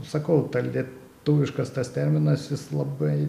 sakau ta lietuviškas tas terminas jis labai